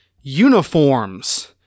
uniforms